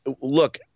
look